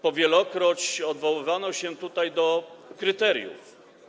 Po wielokroć odwoływano się tutaj do kryteriów.